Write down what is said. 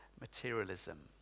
materialism